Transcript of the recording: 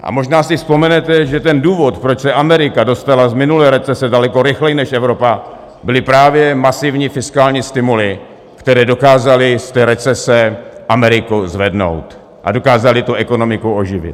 A možná si vzpomenete, že ten důvod, proč se Amerika dostala z minulé recese daleko rychleji než Evropa, byly právě masivní fiskální stimuly, které dokázaly z té recese Ameriku zvednout a dokázaly tu ekonomiku oživit.